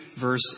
verse